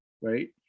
right